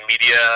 media